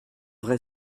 vrai